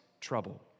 trouble